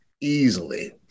easily